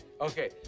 okay